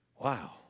Wow